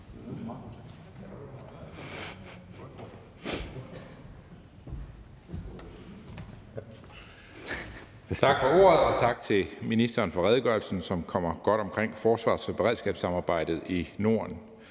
Tak for ordet, og tak til ministeren for redegørelsen, som kommer godt omkring forsvars- og beredskabssamarbejdet i Norden.